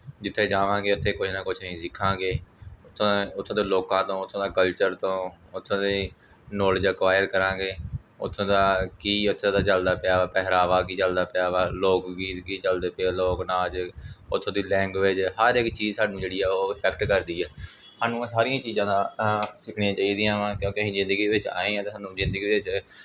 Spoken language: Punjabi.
ਜਿੱਥੇ ਜਾਵਾਂਗੇ ਉੱਥੇ ਕੁਛ ਨਾ ਕੁਛ ਅਸੀਂ ਸਿੱਖਾਂਗੇ ਤਾਂ ਉੱਥੇ ਦੇ ਲੋਕਾਂ ਤੋਂ ਉੱਥੋਂ ਦੇ ਕਲਚਰ ਤੋਂ ਉੱਥੋਂ ਦੀ ਨੌਲੇਜ ਅਕਵਾਇਰ ਕਰਾਂਗੇ ਉੱਥੋਂ ਦਾ ਕੀ ਉੱਥੇ ਦਾ ਚਲਦਾ ਪਿਆ ਪਹਿਰਾਵਾ ਕੀ ਚੱਲਦਾ ਪਿਆ ਵਾ ਲੋਕ ਗੀਤ ਕੀ ਚਲਦੇ ਪਏ ਆ ਲੋਕ ਨਾਚ ਉੱਥੋਂ ਦੀ ਲੈਂਗੁਏਜ ਹਰ ਇੱਕ ਚੀਜ਼ ਸਾਨੂੰ ਜਿਹੜੀ ਆ ਉਹ ਇਫੈਕਟ ਕਰਦੀ ਆ ਸਾਨੂੰ ਸਾਰੀਆਂ ਚੀਜ਼ਾਂ ਦਾ ਸਿੱਖਣੀਆਂ ਚਾਹੀਦੀਆਂ ਵਾ ਕਿਉਂਕਿ ਅਸੀਂ ਜ਼ਿੰਦਗੀ ਵਿੱਚ ਆਏ ਹਾਂ ਤਾਂ ਸਾਨੂੰ ਜ਼ਿੰਦਗੀ ਵਿੱਚ